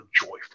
joyful